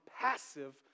passive